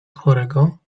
chorego